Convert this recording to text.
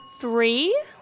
Three